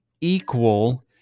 equal